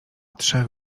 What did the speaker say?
trzech